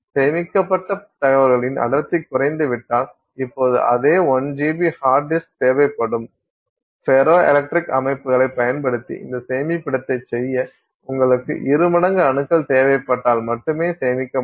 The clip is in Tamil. சேமிக்கப்பட்ட தகவல்களின் அடர்த்தி குறைந்துவிட்டால் இப்போது அதே 1 GB ஹார்ட் டிஸ்க்க்கு தேவைப்படும் ஃபெரோ எலக்ட்ரிக் அமைப்புகளைப் பயன்படுத்தி இந்த சேமிப்பிடத்தைச் செய்ய உங்களுக்கு இரு மடங்கு அணுக்கள் தேவைப்பட்டால் மட்டுமே சேமிக்க முடியும்